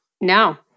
No